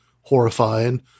horrifying